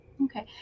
okay